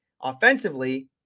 offensively